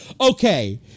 Okay